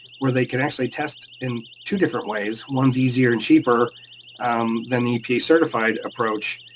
where they can actually test in two different ways. one's easier and cheaper um than the epa certified approach,